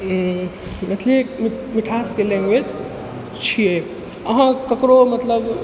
मैथिली एक मिठासके लैंग्वेज छियै अहाँ ककरो मतलब